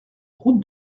route